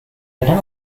kadang